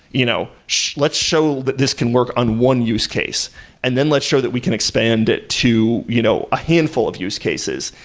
you know let's show that this can work on one use case and then let's show that we can expand it to you know a handful of use cases,